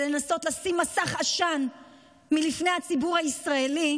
ולנסות לשים מסך עשן מלפני הציבור הישראלי,